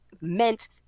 meant